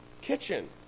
kitchen